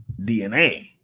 DNA